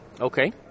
Okay